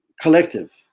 collective